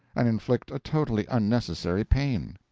and inflict a totally unnecessary pain.